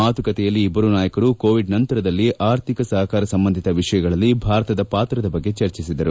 ಮಾತುಕತೆಯಲ್ಲಿ ಇಬ್ಬರೂ ನಾಯಕರು ಕೋವಿಡ್ ನಂತರದಲ್ಲಿ ಆರ್ಥಿಕ ಸಹಕಾರ ಸಂಬಂಧಿತ ವಿಷಯಗಳಲ್ಲಿ ಭಾರತದ ಪಾತ್ರದ ಬಗ್ಗೆ ಚರ್ಚಿಸಿದರು